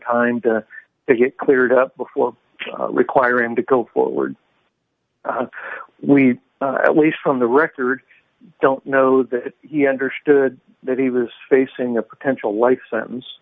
time to get cleared up before require him to go forward we at least from the record don't know that he understood that he was facing a potential life sentence